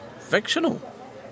fictional